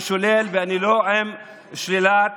אני שולל ואני לא מסכים עם שלילת